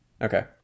Okay